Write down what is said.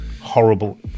horrible